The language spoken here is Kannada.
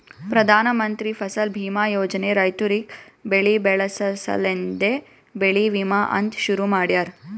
ಪ್ರಧಾನ ಮಂತ್ರಿ ಫಸಲ್ ಬೀಮಾ ಯೋಜನೆ ರೈತುರಿಗ್ ಬೆಳಿ ಬೆಳಸ ಸಲೆಂದೆ ಬೆಳಿ ವಿಮಾ ಅಂತ್ ಶುರು ಮಾಡ್ಯಾರ